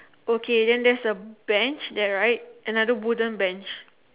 okay then there is a Bench there right another wooden Bench